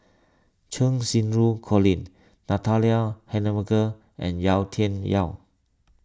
Cheng Xinru Colin Natalie Hennedige and Yau Tian Yau